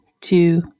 two